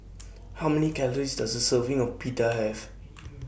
How Many Calories Does A Serving of Pita Have